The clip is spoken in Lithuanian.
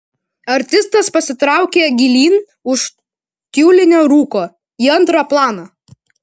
artistas pasitraukė gilyn už tiulinio rūko į antrą planą